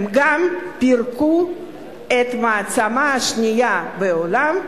הם גם פירקו את המעצמה השנייה בעולם,